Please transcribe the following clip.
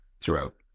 throughout